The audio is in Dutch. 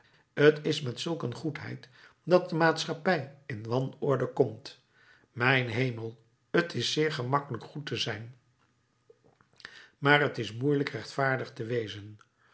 t is met zulk een goedheid dat de maatschappij in wanorde komt mijn hemel t is zeer gemakkelijk goed te zijn maar t is moeielijk rechtvaardig te wezen